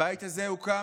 הבית הזה הוקם,